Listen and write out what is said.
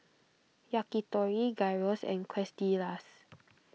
Yakitori Gyros and Quesadillas